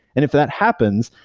and if that happens,